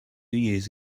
years